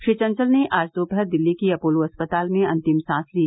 श्री चंचल ने आज दोपहर दिल्ली के अपोलो अस्पताल में अन्तिम सांस ली